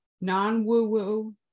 Non-woo-woo